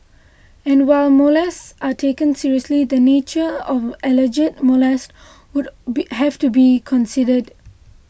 and while molests are taken seriously the nature of alleged molest would be have to be considered